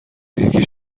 یکی